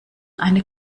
eine